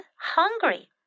hungry